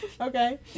Okay